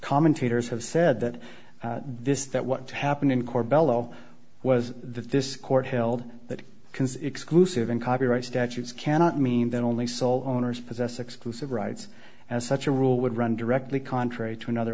commentators have said that this that what happened in court bello was that this court held that can exclusively in copyright statutes cannot mean that only sole owners possess exclusive rights and such a rule would run directly contrary to another